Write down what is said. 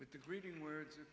with the greeting words